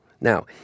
Now